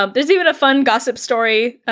um there's even a fun gossip story,